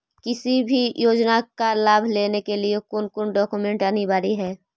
किसी भी योजना का लाभ लेने के लिए कोन कोन डॉक्यूमेंट अनिवार्य है?